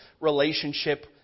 relationship